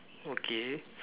okay